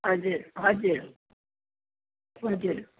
हजुर हजुर हजुर